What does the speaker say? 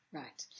right